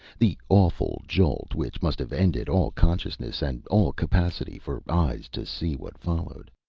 the awful jolt, which must have ended all consciousness, and all capacity for eyes to see what followed.